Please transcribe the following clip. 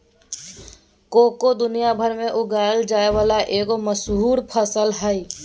cocoa दुनिया भर में उगाल जाय वला एगो मशहूर फसल हइ